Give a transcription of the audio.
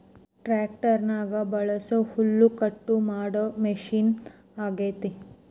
ಟ್ಯಾಕ್ಟರ್ನಗ ಬಳಸೊ ಹುಲ್ಲುಕಟ್ಟು ಮಾಡೊ ಮಷಿನ ಅಗ್ಯತೆ